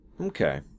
okay